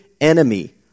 enemy